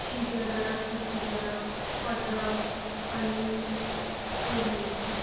Srijana Sushila Padam Anil Purnima